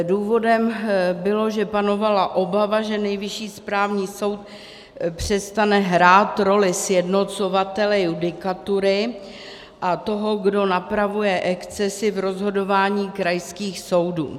Důvodem bylo, že panovala obava, že Nejvyšší správní soud přestane hrát roli sjednocovatele judikatury a toho, kdo napravuje excesy v rozhodování krajských soudů.